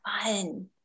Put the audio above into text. fun